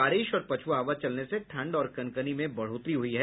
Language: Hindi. बारिश और पछुआ हवा चलने से ठंड और कनकनी में बढ़ोतरी हुई है